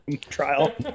trial